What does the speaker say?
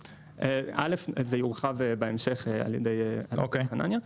א', זה יורחב בהמשך על ידי חנניה.